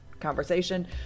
conversation